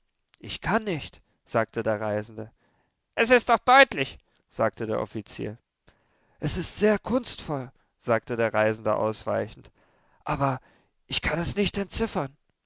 ich kann nicht sagte der reisende es ist doch deutlich sagte der offizier es ist sehr kunstvoll sagte der reisende ausweichend aber ich kann es nicht entziffern